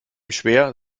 schwer